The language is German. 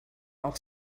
auch